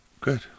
good